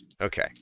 Okay